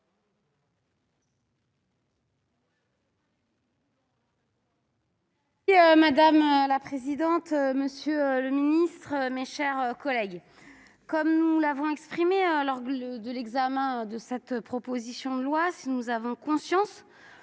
Madame la présidente, monsieur le ministre, mes chers collègues, comme nous l'avions dit lors de l'examen de cette proposition de loi, si nous avons conscience